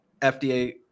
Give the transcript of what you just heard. FDA